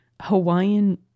Hawaiian